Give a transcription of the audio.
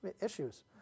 issues